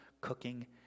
cooking